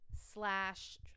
slash